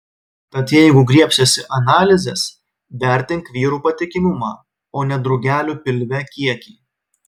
tad jeigu griebsiesi analizės vertink vyrų patikimumą o ne drugelių pilve kiekį